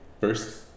first